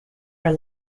are